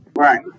Right